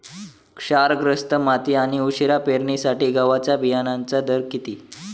क्षारग्रस्त माती आणि उशिरा पेरणीसाठी गव्हाच्या बियाण्यांचा दर किती?